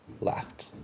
left